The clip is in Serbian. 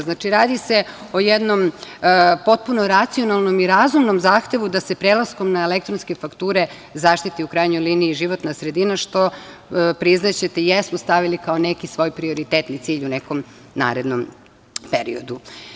Znači, radi se o jednom potpuno racionalnom i razumnom zahtevu da se prelaskom na elektronske fakture zaštiti u krajnjoj liniji životna sredina, što, priznaćete, jesmo stavili kao neki svoj prioritetni cilj u nekom narednom periodu.